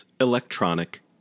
electronic